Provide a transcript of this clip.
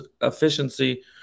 efficiency